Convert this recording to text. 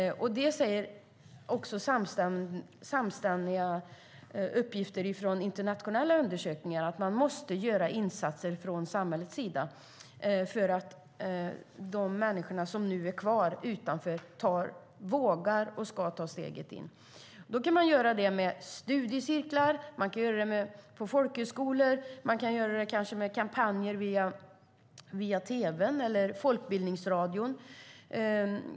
Samstämmiga uppgifter från internationella undersökningar säger också att man måste göra insatser från samhällets sida för att de människor som nu är kvar utanför ska våga ta steget in. Man kan göra det med studiecirklar, på folkhögskolor eller med kampanjer via tv eller folkbildningsradio.